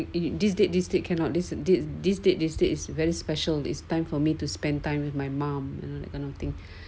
in this date this they cannot this did this date this is very special it's time for me to spend time with my mom and that kind of thing